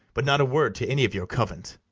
but not a word to any of your covent.